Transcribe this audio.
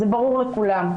זה ברור לכולם,